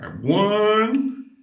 One